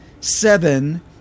seven